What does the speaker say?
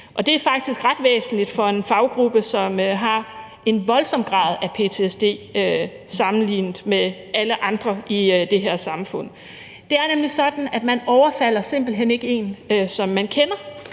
det er faktisk ret væsentligt for en faggruppe, som har en voldsom grad af ptsd sammenlignet med alle andre i det her samfund. Det er nemlig sådan, at man simpelt hen ikke overfalder en, som man kender